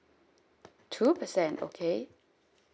two percent okay